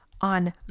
on